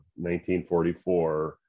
1944